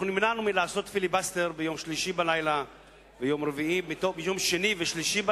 אנחנו נמנענו מפיליבסטר בימים שני ושלישי בלילה,